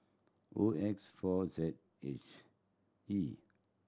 O X four Z it's E